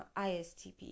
ISTP